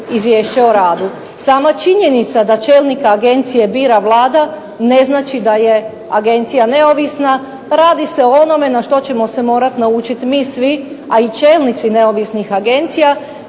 izvješće o radu. Sama činjenica da čelnika agencije bira Vlada, ne znači da je agencija neovisna, radi se o onome na što ćemo se morati naučiti mi svi, a i čelnici neovisnih agencija,